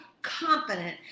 confident